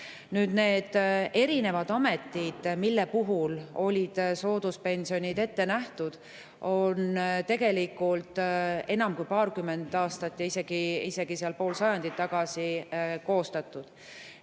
erinevatest ametitest, mille puhul oli sooduspension ette nähtud, on tegelikult enam kui paarkümmend aastat ja isegi pool sajandit tagasi koostatud.